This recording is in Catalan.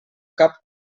cap